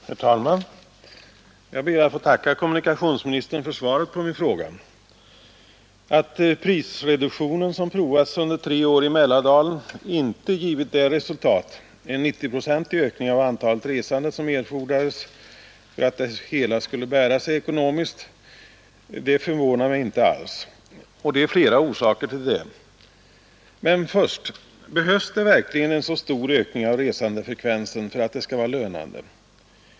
Herr talman! Jag ber att få tacka herr kommunikationsministern för svaret på min fråga. Att prisreduktionen, som provats under tre år i Mälardalen, inte givit det resultat — en 90-procentig ökning av antalet resande — som erfordrades för att det hela skulle bära sig ekonomiskt förvånar mig inte alls. Det är flera orsaker till det. Men först: Behövs det verkligen en så stor ökning av resandefrekvensen för att det skall vara lönande?